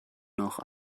noch